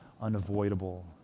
unavoidable